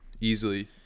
easily